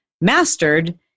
mastered